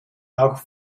auch